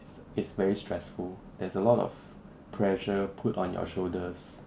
it's it's very stressful there's a lot of pressure put on your shoulders